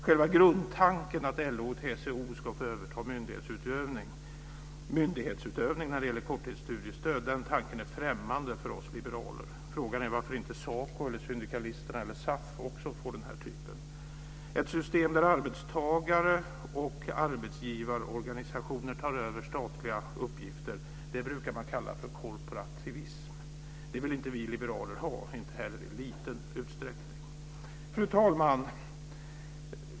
Själva grundtanken att LO och TCO ska få överta myndighetsutövning när det gäller korttidsstudiestöd är främmande för oss liberaler. Frågan är varför inte SACO, Syndikalisterna eller SAF också får detta. Ett system där arbetstagar och arbetsgivarorganisationer tar över statliga uppgifter brukar man kalla korporativism. Det vill inte vi liberaler ha, inte heller i liten utsträckning. Fru talman!